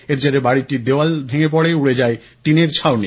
এর জেরে বাড়িটির দেওয়াল ভেঙে পড়ে উড়ে যায় টিনের ছাউনি